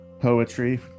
poetry